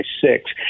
six